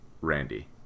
Randy